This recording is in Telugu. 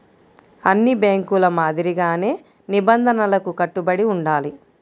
అన్ని బ్యేంకుల మాదిరిగానే నిబంధనలకు కట్టుబడి ఉండాలి